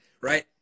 right